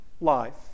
life